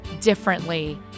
differently